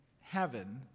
heaven